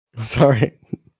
Sorry